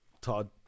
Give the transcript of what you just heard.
Todd